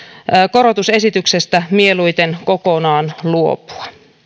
korotusesityksestä mieluiten kokonaan luopua